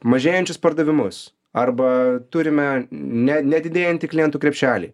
mažėjančius pardavimus arba turime ne nedidėjantį klientų krepšelį